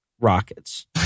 rockets